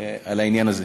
על העניין הזה.